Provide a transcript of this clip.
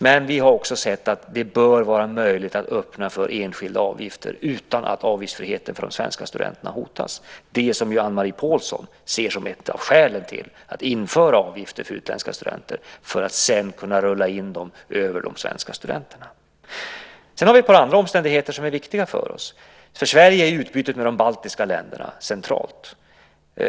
Men vi har också sett att det bör vara möjligt att öppna för enskilda avgifter utan att avgiftsfriheten för de svenska studenterna hotas, det som Anne-Marie Pålsson ser som ett av skälen till att införa avgifter för utländska studenter för att sedan kunna rulla in dem över de svenska studenterna. Sedan har vi ett par andra omständigheter som är viktiga för oss. För Sverige är utbytet med de baltiska länderna centralt.